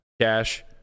cash